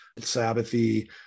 sabbathy